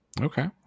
Okay